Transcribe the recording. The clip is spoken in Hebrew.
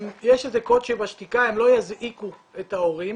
יש קוד שבשתיקה, הם לא יזעיקו את ההורים.